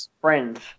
Friends